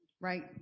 right